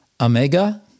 Omega